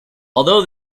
although